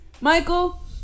Michael